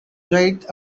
write